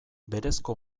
berezko